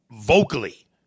vocally